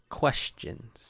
questions